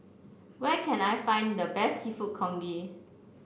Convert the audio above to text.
where can I find the best seafood congee